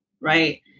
Right